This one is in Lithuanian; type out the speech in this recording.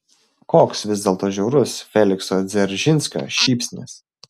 koks vis dėlto žiaurus felikso dzeržinskio šypsnys